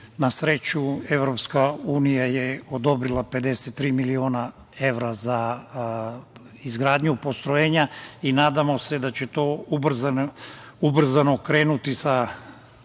Na sreću, EU je odobrila 53 miliona evra za izgradnju postrojenja i nadamo se da će to ubrzano krenuti sa